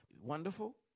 wonderful